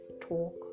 talk